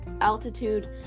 altitude